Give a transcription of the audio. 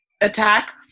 attack